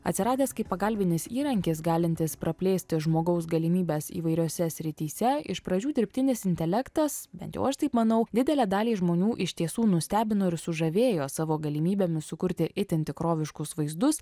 atsiradęs kaip pagalbinis įrankis galintis praplėsti žmogaus galimybes įvairiose srityse iš pradžių dirbtinis intelektas bent jau aš taip manau didelę dalį žmonių iš tiesų nustebino ir sužavėjo savo galimybėmis sukurti itin tikroviškus vaizdus